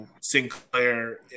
Sinclair